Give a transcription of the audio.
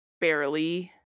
barely